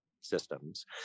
systems